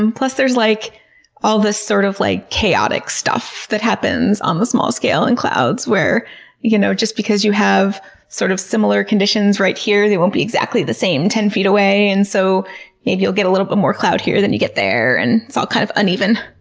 um plus, there's like all this, sort of, like chaotic stuff that happens on the small scale in clouds where you know just because you have sort of similar conditions right here, they won't be exactly the same ten feet away. and so maybe you'll get a little bit more cloud here then you get there and it's all kind of uneven.